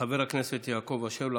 חבר הכנסת יעקב אשר,